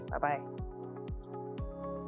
Bye-bye